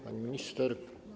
Pani Minister!